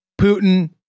Putin